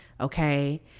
okay